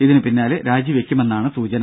ഇതിനു പിന്നാലെ രാജി വയ്ക്കുമെന്നാണ് സൂചന